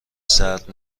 سرد